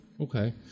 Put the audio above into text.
Okay